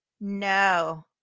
No